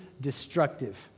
destructive